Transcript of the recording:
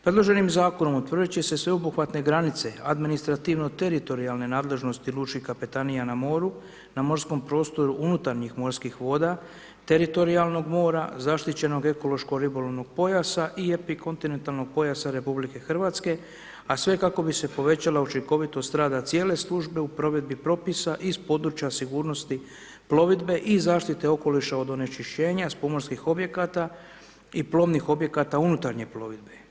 Predloženim zakonom utvrdit će se sveobuhvatne granice, administrativno teritorijalne nadležnosti lučkih kapetanija na moru, na morskom prostoru unutarnjih morskih voda, teritorijalnog mora, zaštićenog ekološko-ribolovnog pojasa i epikontinentalnog pojasa RH, a sve kako bi se povećala učinkovitost rada cijele službe u provedbi propisa iz područja sigurnosti plovidbe i zaštite okoliša od onečišćenja s pomorskih objekata i plovnih objekata unutarnje plovidbe.